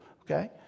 okay